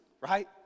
right